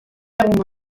egungo